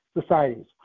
societies